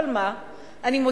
אבל מה?